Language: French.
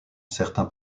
certains